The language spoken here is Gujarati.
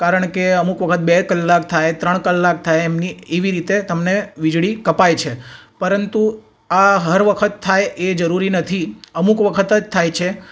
કારણ કે અમુક વખત બે કલાક થાય ત્રણ કલાક થાય એમની એવી રીતે તમને વીજળી કપાય છે પરંતુ આ હર વખત થાય એ જરૂરી નથી અમુક વખત જ થાય છે